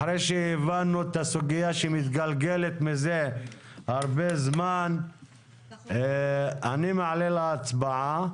אחרי שהבנו את הסוגיה שמתגלגלת מזה הרבה זמן אני מעלה להצבעה